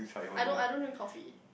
I don't I don't drink coffee